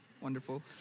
Wonderful